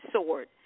sword